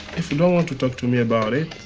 if you don't want to talk to me about it,